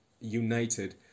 united